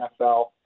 NFL